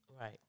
Right